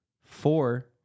Four